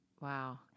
Wow